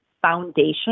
foundation